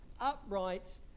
upright